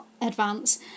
advance